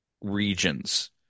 regions